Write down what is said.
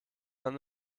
man